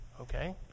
Okay